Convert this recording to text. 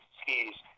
skis